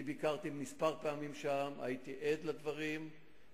ביקרתי שם כמה פעמים והייתי עד לדברים,